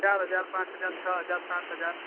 चार हज़ार पाँच हजार छः हज़ार सात हज़ार